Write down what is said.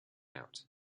out